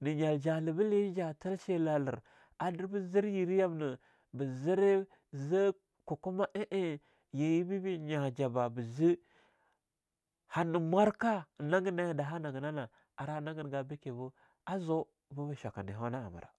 na nyal jala le a ah jah a thel shellalan ar ba zir yiraym na, ba zee za'a kukuma amna hana mwarka daha nagina nah eing hana zekah nah.